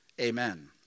amen